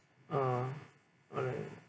ah alright